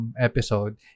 episode